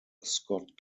scott